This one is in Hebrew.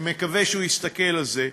אני מקווה שהוא יסתכל על זה.